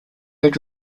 would